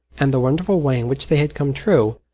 and the wonderful way in which they had come true,